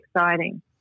exciting